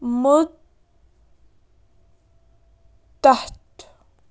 مُدَتھ